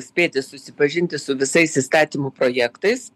spėti susipažinti su visais įstatymų projektais